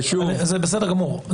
זה בסדר גמור.